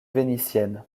vénitienne